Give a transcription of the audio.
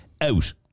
out